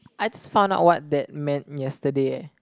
I just found out what that meant yesterday eh